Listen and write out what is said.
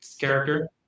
character